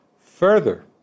Further